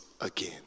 again